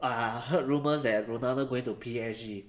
I I heard rumours that ronaldo going to P_S_G